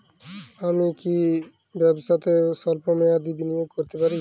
আমি কি ব্যবসাতে স্বল্প মেয়াদি বিনিয়োগ করতে পারি?